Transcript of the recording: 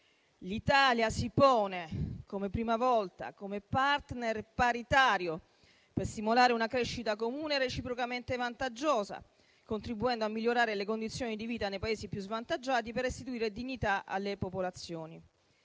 per la prima volta come *partner* paritario per stimolare una crescita comune e reciprocamente vantaggiosa, contribuendo a migliorare le condizioni di vita nei Paesi più svantaggiati per restituire dignità alle popolazioni.